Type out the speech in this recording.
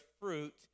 fruit